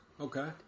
Okay